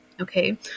Okay